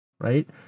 right